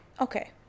Okay